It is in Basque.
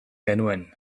genuen